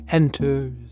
enters